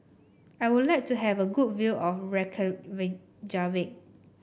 I would like to have a good view of Reykjavik